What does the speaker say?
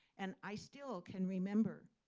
and i still can remember